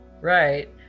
right